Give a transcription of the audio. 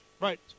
right